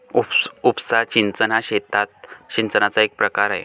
उपसा सिंचन हा शेतात सिंचनाचा एक प्रकार आहे